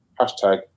hashtag